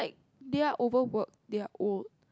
they are overworked they are old